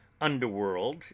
underworld